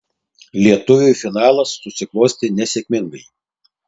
lietuviui finalas susiklostė nesėkmingai